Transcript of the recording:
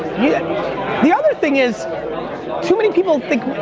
the other thing is too many people think